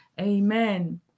Amen